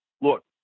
look